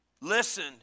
Listen